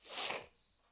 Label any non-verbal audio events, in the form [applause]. [noise]